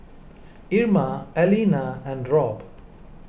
Irma Alina and Robb